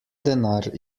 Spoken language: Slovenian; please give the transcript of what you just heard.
denar